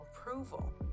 approval